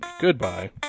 Goodbye